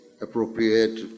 appropriate